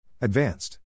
advanced